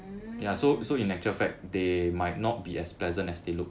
mm